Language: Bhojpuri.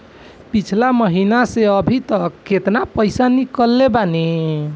पिछला महीना से अभीतक केतना पैसा ईकलले बानी?